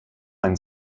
einen